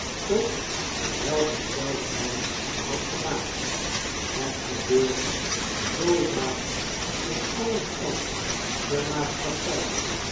tot een weigesteld man had gemaakt het gebeurt zoo vaak in alle standen der maatschappij